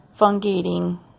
fungating